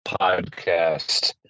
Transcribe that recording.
podcast